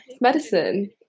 medicine